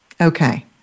Okay